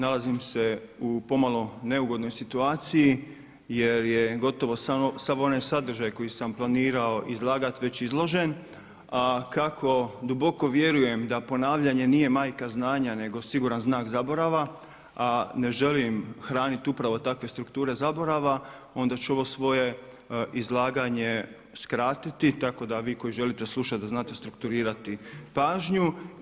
Nalazim se u pomalo neugodnoj situaciji jer je gotovo sav onaj sadržaj koji sam planirao izlagati već izložen, a kako duboko vjerujem da ponavljanje nije majka znanja nego siguran znak zaborava ne želim hraniti upravo takve strukture zaborava onda ću ovo svoje izlaganje skratiti tako da vi koji želite slušati da znate strukturirati pažnju.